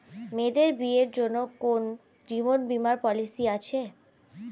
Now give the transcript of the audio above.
মেয়েদের বিয়ের জন্য কি কোন জীবন বিমা পলিছি আছে?